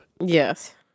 Yes